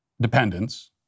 dependence